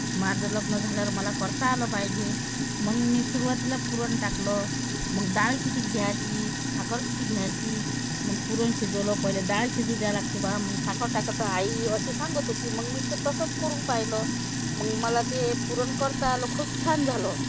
माझं लग्न झाल्यावर मला करता आलं पाहिजे मग मी सुरुवातीला पुरण टाकलं मग डाळ कितीक घ्याची साखर किती घ्यायची मग पुरण शिजवलं पहिले डाळ शिजू द्या लागते बा मग साखर टाकाचं आई अशी सांगत होती मग मी ते तसंच करून पाहिलं मग मला ते पुरण करता आलं खूप छान झालं